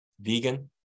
vegan